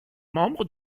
membre